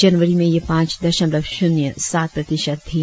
जनवरी में यह पांच दशमलव शून्य सात प्रतिशत थी